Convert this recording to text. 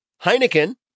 Heineken